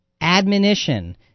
admonition